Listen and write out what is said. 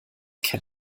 ken